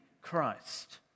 Christ